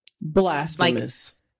Blasphemous